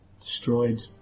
destroyed